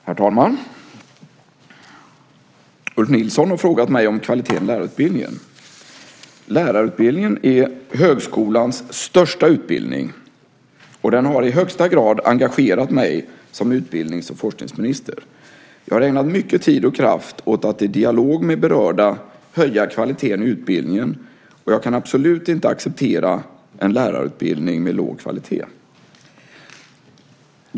Herr talman! Ulf Nilsson har frågat mig om kvaliteten i lärarutbildningen. Lärarutbildningen är högskolans största utbildning, och den har i högsta grad engagerat mig som utbildnings och forskningsminister. Jag har ägnat mycket tid och kraft åt att i dialog med berörda höja kvaliteten i utbildningen, och jag kan absolut inte acceptera en lärarutbildning med låg kvalitet.